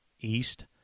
East